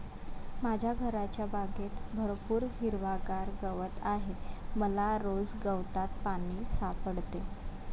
माझ्या घरच्या बागेत भरपूर हिरवागार गवत आहे मला रोज गवतात पाणी सापडते